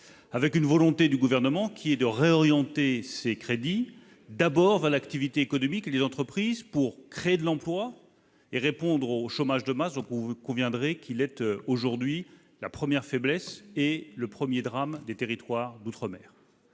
avec une volonté du Gouvernement de réorienter ces crédits d'abord vers l'activité économique et les entreprises, pour créer de l'emploi et répondre au chômage de masse, dont vous conviendrez qu'il est aujourd'hui la première faiblesse et le premier drame des territoires d'outre-mer.